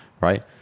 Right